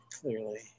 clearly